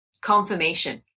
confirmation